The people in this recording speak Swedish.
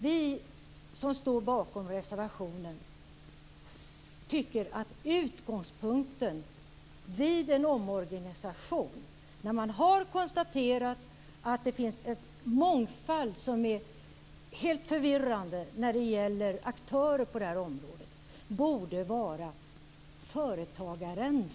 Vi som står bakom reservationen tycker att utgångspunkten vid en omorganisation, när man har konstaterat att det finns en helt förvirrande mångfald av aktörer på det här området, borde vara företagaren.